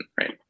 right